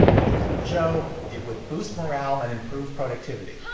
had a cup of joe, it would boost morale and improve productivity.